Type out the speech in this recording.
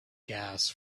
gas